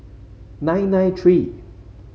nine nine three